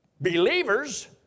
believers